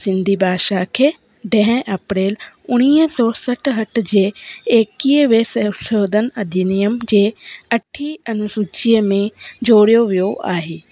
सिंधी भाषा खे ॾह अप्रेल उणिवीह सौ सठहठि जे एकवीह संशोधन अधिनियम जे अठी अनुसुचीअ में जोड़ियो वियो आहे